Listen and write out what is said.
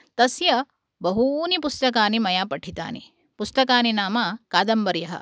तस्य बहूनि पुस्तकानि मया पठितानि पुस्तकानि नाम कादम्बर्यः